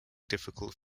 difficult